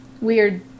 weird